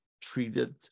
treated